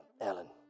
Ellen